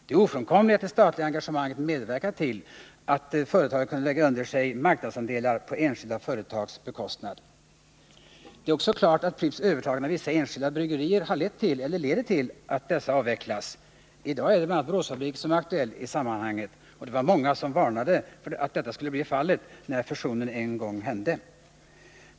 Det är ofrånkomligt att det statliga engagemanget medverkat till att företaget kunnat lägga under sig marknadsandelar på enskilda företags beskostnad. Det är också klart att Pripps övertagande av vissa enskilda bryggerier har lett till eller leder till att dessa avvecklas. I dag är bl.a. Boråsfabriken aktuell i det avseendet. När fusionen genomfördes var det många som varnade för att detta skulle bli fallet.